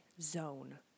zone